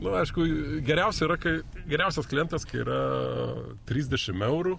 nu aišku geriausia yra kai geriausias klientas kai yra trisdešim eurų